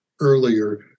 earlier